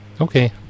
Okay